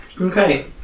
Okay